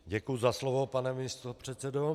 Děkuji za slovo, pane místopředsedo.